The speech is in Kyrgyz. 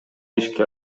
ишке